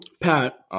Pat